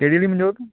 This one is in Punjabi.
ਕਿਹੜੀ ਦੀ ਮਨਜੋਤ